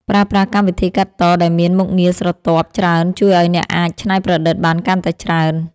ប្រើប្រាស់កម្មវិធីកាត់តដែលមានមុខងារស្រទាប់ច្រើនជួយឱ្យអ្នកអាចច្នៃប្រឌិតបានកាន់តែច្រើន។